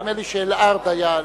נדמה לי ש"אל-ארד" היה.